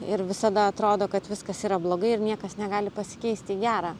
ir visada atrodo kad viskas yra blogai ir niekas negali pasikeisti į gerą